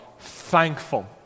thankful